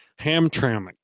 Hamtramck